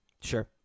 Sure